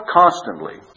constantly